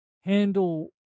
handle